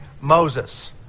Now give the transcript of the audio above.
Moses